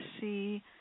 see